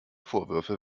vorwürfe